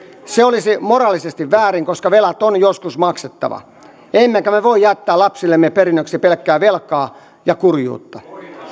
se olisi moraalisesti väärin koska velat on joskus maksettava emmekä voi jättää lapsillemme perinnöksi pelkkää velkaa ja kurjuutta